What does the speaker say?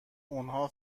اونها